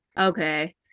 Okay